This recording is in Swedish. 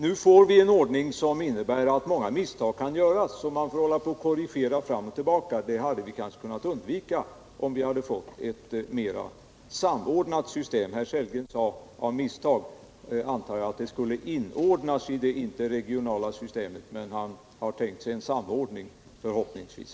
Nu får vi en ordning som innebär att många misstag kan göras, som man sedan får hålla på att korrigera fram och tillbaka. Det hade vi kanske kunnat undvika, om vi hade fått ett mera samordnat system. Rolf Sellgren sade — av misstag antar jag — att den regionala och lokala trafiken skulle ”inordnas” i det interregionala systemet, men han har väl tänkt sig en samordning — förhoppningsvis.